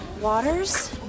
Waters